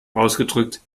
ausgedrückt